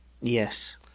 Yes